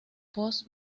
post